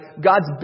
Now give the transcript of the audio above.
God's